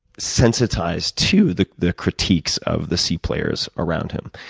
sensitized to the the critiques of the c players around him.